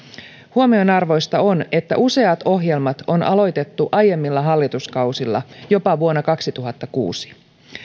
huomionarvoista on että useat ohjelmat on aloitettu aiemmilla hallituskausilla jopa vuonna kaksituhattakuusi